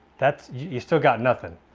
that's you still got nothing.